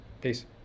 Peace